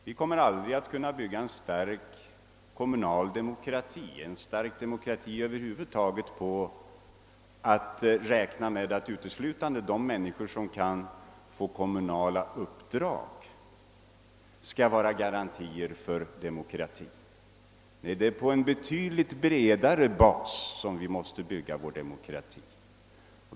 Vi kommer aldrig att kunna bygga en stark kommunal demokrati eller en demokrati över huvud taget genom att räkna med att uteslutande de människor som kan få kommunala uppdrag skall vara garanter för demokratin. Nej, vi måste bygga vår demokrati på en betydligt bredare bas.